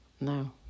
no